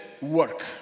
Work